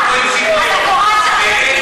אתם לא, אתם רוצים שאנחנו נתאבד,